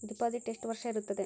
Deposit ಎಷ್ಟು ವರ್ಷ ಇರುತ್ತದೆ?